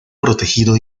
protegido